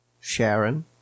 Sharon